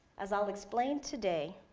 as i'll explain today,